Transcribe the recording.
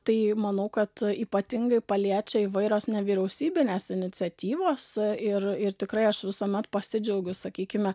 tai manau kad ypatingai paliečia įvairios nevyriausybinės iniciatyvos ir ir tikrai aš visuomet pasidžiaugiu sakykime